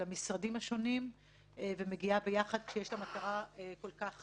המשרדים השונים והיא מגיעה ביחד כשיש לה מטרה כל כך